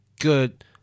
good